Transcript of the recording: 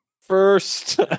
First